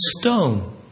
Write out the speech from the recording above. stone